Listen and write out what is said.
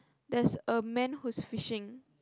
there's a man who's fishing